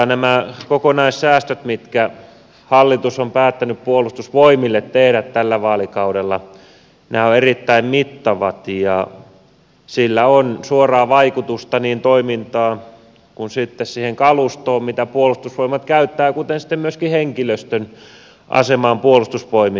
nämä kokonaissäästöt mitkä hallitus on päättänyt puolustusvoimille tehdä tällä vaalikaudella ovat erittäin mittavat ja sillä on suoraa vaikutusta niin toimintaan kuin siihen kalustoon mitä puolustusvoimat käyttää kuten myöskin henkilöstön asemaan puolustusvoimissa